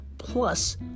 Plus